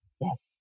yes